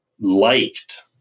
liked